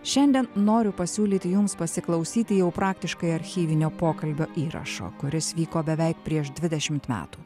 šiandien noriu pasiūlyti jums pasiklausyti jau praktiškai archyvinio pokalbio įrašo kuris vyko beveik prieš dvidešimt metų